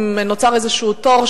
האם נוצר איזה תור,